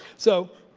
so